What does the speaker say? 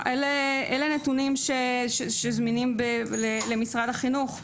אלה הנתונים שזמינים למשרד החינוך.